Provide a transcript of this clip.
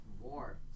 war